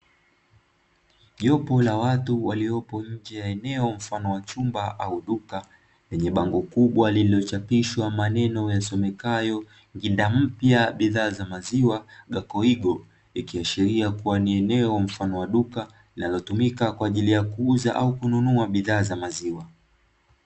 Jopo la watu waliopo nje ya eneo mfano wa chumba au duka, lenye bango kubwa lililochapishwa maneno yasomekayo (nginda mpya bidhaa za maziwa gakoigo), ikiashiria kuwa ni eneo mfano wa duka linalotumika kwa ajili ya kuuza au kununua bidhaa za maziwa.